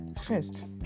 first